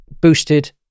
boosted